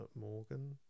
Morgan